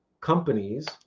companies